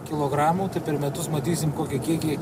kilogramų per metus matysim kokie kiekiai